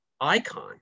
icon